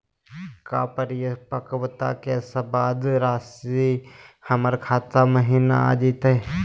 का परिपक्वता के बाद रासी हमर खाता महिना आ जइतई?